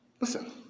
Listen